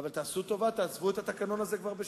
אבל תעשו טובה, תעזבו כבר את התקנון הזה בשקט,